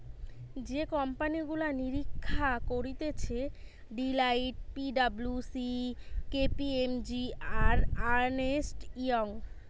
যে কোম্পানি গুলা নিরীক্ষা করতিছে Deloitte, P W C, K P M G, আর আর্নেস্ট ইয়ং